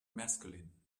masculine